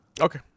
Okay